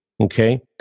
Okay